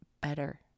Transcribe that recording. better